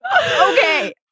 okay